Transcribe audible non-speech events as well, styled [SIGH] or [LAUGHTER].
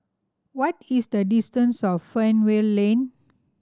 what is the distance [UNINTELLIGIBLE] Fernvale Lane